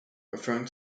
referring